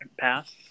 pass